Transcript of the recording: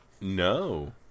No